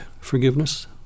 forgiveness